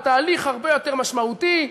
בתהליך הרבה יותר משמעותי,